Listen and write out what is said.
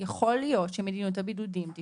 ותקני אותי אם אני טועה,